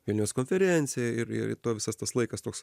vilniaus konferenciją ir ir tuo visas tas laikas toks